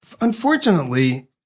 unfortunately